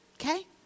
okay